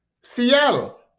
Seattle